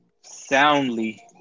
soundly